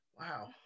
Wow